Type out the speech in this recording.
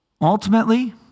Ultimately